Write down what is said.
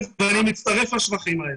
ואני מצטרף לשבחים האלה.